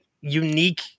unique